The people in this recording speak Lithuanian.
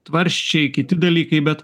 tvarsčiai kiti dalykai bet